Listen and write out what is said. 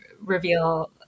reveal